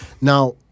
now